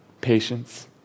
patience